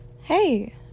Hey